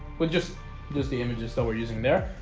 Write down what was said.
we'll just use the images. so we're using there.